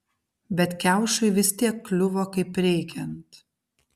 bet kiaušui vis tiek kliuvo kaip reikiant